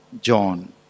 John